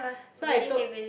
so I took